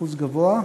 אחוז גבוה.